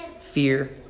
fear